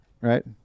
right